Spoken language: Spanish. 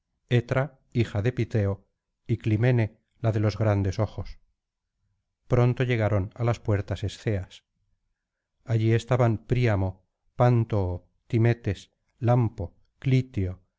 hija de piteo y climene la de los grandes ojos pronto llegaron á las puertas esceas allí estaban príamo pántoo timetes lampo clitio